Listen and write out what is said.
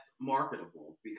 marketable